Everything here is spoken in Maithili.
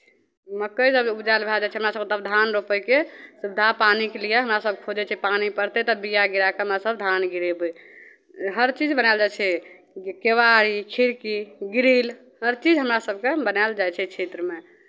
मक्कइ जब उपजाएल भए जाइ छै तब हमरा सभके धान रोपयके सुविधा पानिके लिए हमरा सभ खोजै छियै पानि पड़तै तऽ बीया गिराए कऽ हमसभ धान गिरेबै हरचीज बनाएल जाइ छै केबाड़ी खिड़की ग्रील हरचीज हमरा सभके बनायल जाइ छै क्षेत्रमे